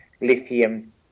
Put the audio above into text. lithium